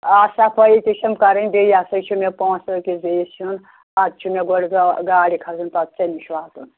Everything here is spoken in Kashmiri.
آ صفٲیی تہِ چھِم کَرٕنۍ بیٚیہِ یہِ ہسا چھُ مےٚ پۅنٛسہٕ أکِس بیٚیِس ہیٚون اَدٕ چھُ مےٚ گۄڈٕ گاڑِ کھسُن پَتہٕ ژےٚ نِش واتُن